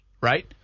right